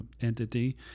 entity